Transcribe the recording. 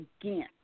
again